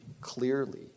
clearly